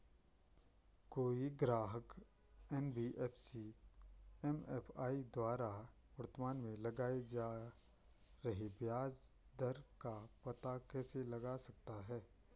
कोई ग्राहक NBFC MFI द्वारा वर्तमान में लगाए जा रहे ब्याज दर का पता कैसे लगा सकता है?